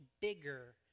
bigger